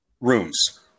rooms